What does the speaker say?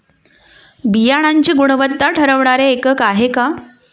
बियाणांची गुणवत्ता ठरवणारे एकक आहे का?